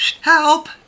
help